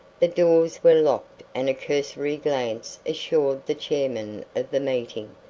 the doors were locked and a cursory glance assured the chairman of the meeting,